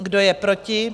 Kdo je proti?